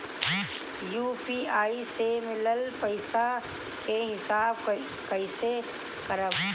UPI से मिलल पईसा के हिसाब कइसे करब?